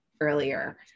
earlier